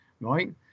right